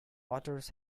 otters